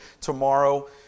Tomorrow